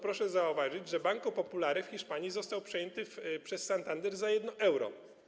Proszę zauważyć, że Banco Popular w Hiszpanii został przejęty przez Santander za 1 euro.